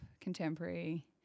contemporary